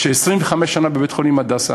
25 שנה בבית-חולים "הדסה",